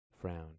frowned